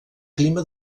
clima